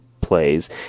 plays